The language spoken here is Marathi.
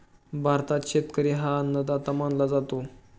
भारतात शेतकरी हा अन्नदाता मानला जातो